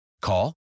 Call